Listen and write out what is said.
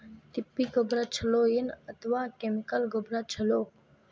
ತಿಪ್ಪಿ ಗೊಬ್ಬರ ಛಲೋ ಏನ್ ಅಥವಾ ಕೆಮಿಕಲ್ ಗೊಬ್ಬರ ಛಲೋ?